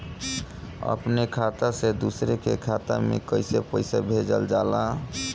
अपने खाता से दूसरे के खाता में कईसे पैसा भेजल जाला?